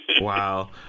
Wow